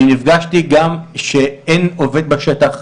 אני נפגשתי גם כשאין עובד בשטח,